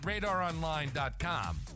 RadarOnline.com